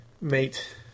mate